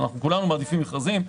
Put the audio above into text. כולנו מעדיפים מכרזים.